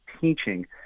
teaching